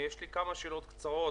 יש לי כמה הערות קצרות